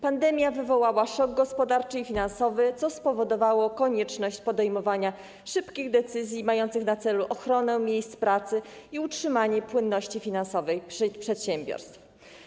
Pandemia wywołała szok gospodarczy i finansowy, co spowodowało konieczność podejmowania szybkich decyzji mających na celu ochronę miejsc pracy i utrzymanie płynności finansowej przedsiębiorstw.